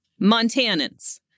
Montanans